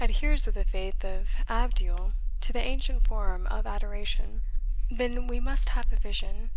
adheres with the faith of abdiel to the ancient form of adoration then we must have a vision